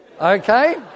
okay